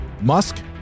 Musk